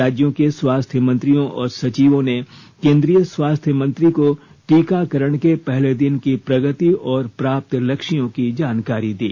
राज्यों के स्वास्थ्य मंत्रियों और सचिवों ने केन्द्रीय स्वास्थ्य मंत्री को टीकाकरण के पहले दिन की प्रगति और प्राप्त लक्ष्यों की जानकारी दी